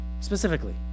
specifically